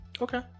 Okay